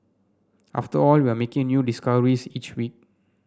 after all we're making new discoveries each week